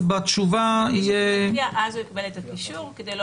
אז בתשובה יהיה --- אז הוא יקבל את הקישור כדי לא